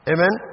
Amen